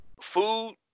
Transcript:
food